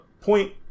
point